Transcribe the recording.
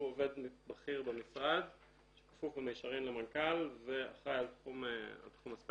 הוא עובד בכיר במשרד שכפוף במישרין למנכ"ל ואחראי על תחום הספקטרום.